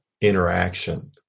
interaction